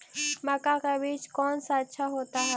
मक्का का बीज कौन सा अच्छा होता है?